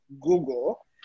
Google